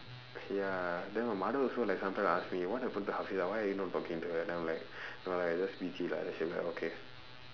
ya then her mother also like sometime ask me what happened to hafeezah why are you not talking to her then I'm like no lah I just busy lah then she'll be like okay